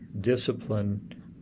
discipline